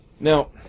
Now